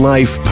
Life